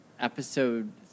episode